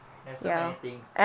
there's so many things